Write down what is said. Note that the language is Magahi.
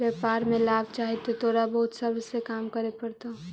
व्यापार में लाभ चाहि त तोरा बहुत सब्र से काम करे पड़तो